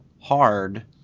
hard